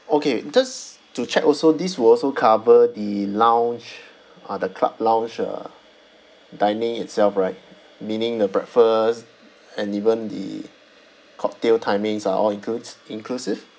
okay just to check also this will also cover the lounge uh the club lounge uh dining itself right meaning the breakfast and even the cocktail timings are all includs~ inclusive